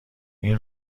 این